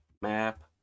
map